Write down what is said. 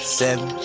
seven